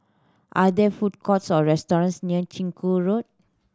are there food courts or restaurants near Chiku Road